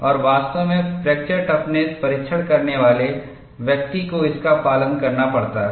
और वास्तव में फ्रैक्चर टफनेस परीक्षण करने वाले व्यक्ति को इसका पालन करना पड़ता है